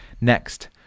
Next